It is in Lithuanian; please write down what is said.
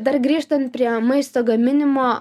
dar grįžtant prie maisto gaminimo